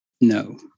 No